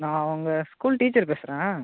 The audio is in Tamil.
நான் அவங்க ஸ்கூல் டீச்சர் பேசுகிறேன்